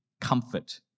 comfort